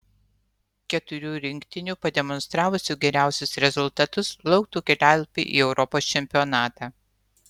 keturių rinktinių pademonstravusių geriausius rezultatus lauktų kelialapiai į europos čempionatą